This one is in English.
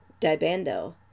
Dibando